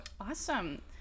Awesome